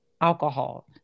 alcohol